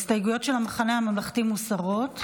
ההסתייגויות של המחנה הממלכתי מוסרות.